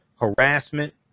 harassment